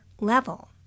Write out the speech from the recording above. level